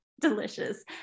delicious